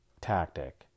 tactic